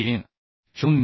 0